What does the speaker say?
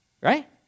right